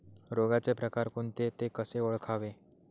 रोगाचे प्रकार कोणते? ते कसे ओळखावे?